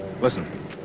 Listen